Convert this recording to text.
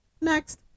next